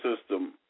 system